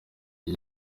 iki